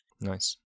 Nice